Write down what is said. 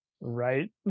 Right